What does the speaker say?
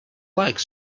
like